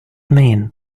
mean